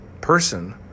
person